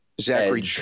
Zachary –